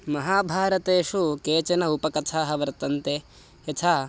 महाभारतेषु केचन उपकथाः वर्तन्ते यथा